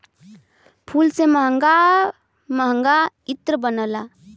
फूल से महंगा महंगा इत्र बनला